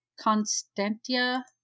Constantia